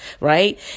right